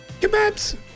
kebabs